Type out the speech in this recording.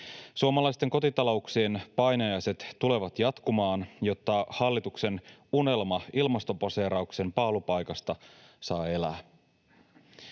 Suomalaisten kotitalouksien painajaiset tulevat jatkumaan, jotta hallituksen unelma ilmastoposeerauksen paalupaikasta saa elää.